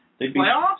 Playoffs